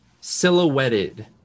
silhouetted